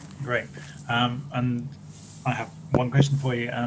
great and i have one question for you.